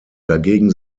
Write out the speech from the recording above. dagegen